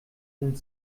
sind